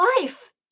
life